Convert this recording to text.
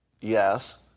yes